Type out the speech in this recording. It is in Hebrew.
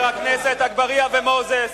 חבר הכנסת אגבאריה ומוזס.